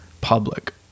public